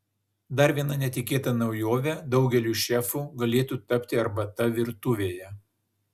dar viena netikėta naujove daugeliui šefų galėtų tapti arbata virtuvėje